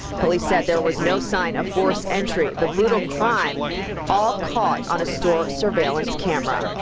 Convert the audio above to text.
police said there was no sign of forced entry. the brutal crime all caught on a store surveillance camera.